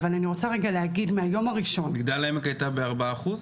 אבל אני רוצה להגיד שמהיום הראשון --- מגדל העמק הייתה ב-4%?